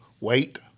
wait